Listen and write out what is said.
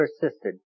persisted